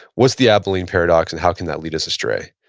what's the abilene paradox and how can that lead us astray?